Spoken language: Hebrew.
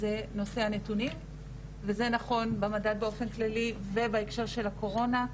זה נושא הנתונים וזה נכון במדד באופן כללי ובהקשר של הקורונה.